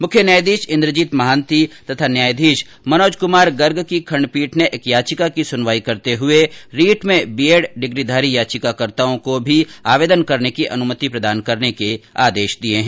मुख्य न्यायाधीश इंद्रजीत महांति तथा न्यायाधीश मनोज कुमार गर्ग की खंडपीठ ने एक याचिका की सुनवाई करते हुए रीट में बीएड डिग्रीधारी याचिकाकर्ताओं को भी आवेदन करने की अनुमति प्रदान करने के आदेश दिए है